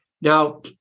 now